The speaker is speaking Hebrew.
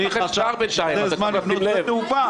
אני --- זמן נמלי תעופה,